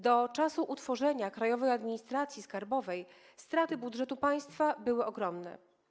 Do czasu utworzenia Krajowej Administracji Skarbowej straty budżetu państwa były ogromne.